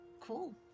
Cool